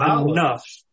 enough